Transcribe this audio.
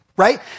Right